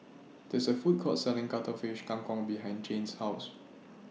This IS A Food Court Selling Cuttlefish Kang Kong behind Jane's House